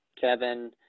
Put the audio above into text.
Kevin